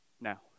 now